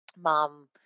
mom